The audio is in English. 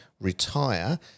retire